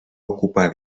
ocupar